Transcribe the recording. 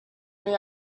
new